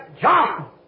John